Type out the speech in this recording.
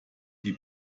die